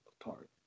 apart